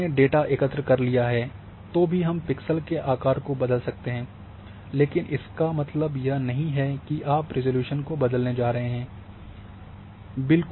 अगर हमने डेटा एकत्र कर लिया है तो भी हम पिक्सेल के आकार को बदल सकते हैं लेकिन इसका मतलब यह नहीं है कि आप रिज़ॉल्यूशन को बदलने जा रहे हैं